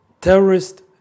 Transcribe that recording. terrorist